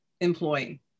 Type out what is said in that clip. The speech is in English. employee